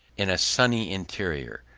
in a sunny interior,